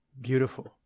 Beautiful